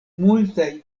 multaj